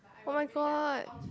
[oh]-my-god